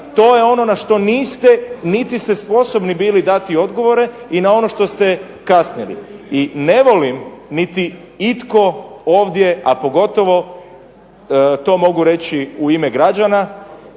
To je ono na što niste niti ste sposobni bili dati odgovore i na ono što ste kasnili. I ne volim niti itko ovdje, a pogotovo to mogu reći u ime građana